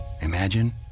imagine